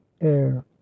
air